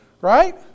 Right